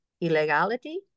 illegality